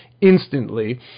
instantly